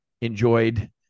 enjoyed